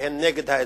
הן נגד האזרח.